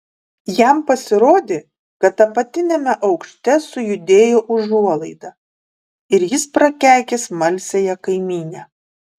jam pasirodė kad apatiniame aukšte sujudėjo užuolaida ir jis prakeikė smalsiąją kaimynę